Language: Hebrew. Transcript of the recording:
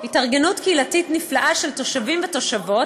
התארגנות קהילתית נפלאה של תושבים ותושבות